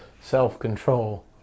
self-control